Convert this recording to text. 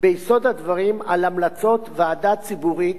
ביסוד הדברים על המלצות ועדה ציבורית,